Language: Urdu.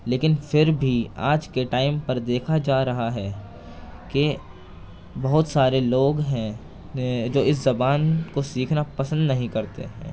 لیکن پھر بھی آج کے ٹائم پر دیکھا جا رہا ہے کہ بہت سارے لوگ ہیں جو اس زبان کو سیکھنا پسند نہیں کرتے ہیں